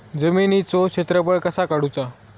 जमिनीचो क्षेत्रफळ कसा काढुचा?